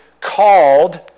called